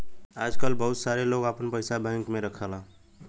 आजकल बहुत सारे लोग आपन पइसा बैंक में रखला